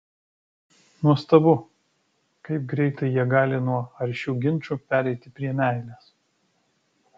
nuostabu kaip greitai jie gali nuo aršių ginčų pereiti prie meilės